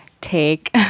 take